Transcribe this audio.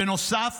בנוסף